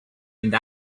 and